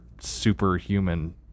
superhuman—